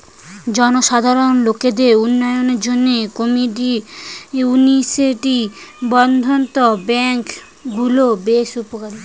জনসাধারণ লোকদের উন্নয়নের জন্যে কমিউনিটি বর্ধন ব্যাংক গুলো বেশ উপকারী